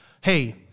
hey